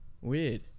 Weird